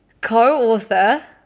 Co-author